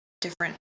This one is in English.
different